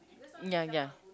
ya ya